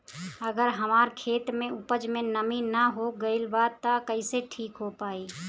अगर हमार खेत में उपज में नमी न हो गइल बा त कइसे ठीक हो पाई?